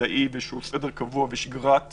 מדי וזה גורם להרגשה שלא נעשה מקסימום המאמץ להקל על החיים.